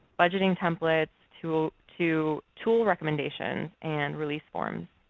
budgeting templates, to to tool recommendations and release forms.